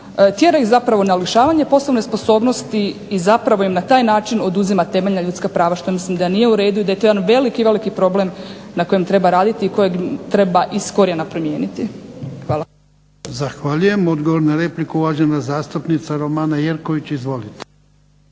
tjera ih zapravo na lišavanje poslovne sposobnosti i zapravo im na taj način oduzima temeljna ljudska prava što mislim da nije u redu i da je to jedan veliki, veliki problem na kojem treba raditi, kojeg treba iz korijena promijeniti. **Jarnjak, Ivan (HDZ)** Zahvaljujem. Odgovor na repliku, uvažena zastupnica Romana Jerković. Izvolite.